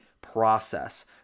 process